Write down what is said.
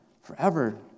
forever